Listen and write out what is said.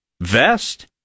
Vest